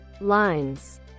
Lines